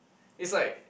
is like